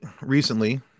recently